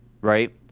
right